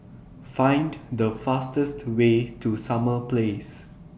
Find The fastest Way to Summer Place